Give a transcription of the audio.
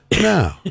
No